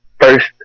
first